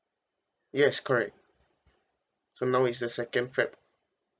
yes correct so now is the second feb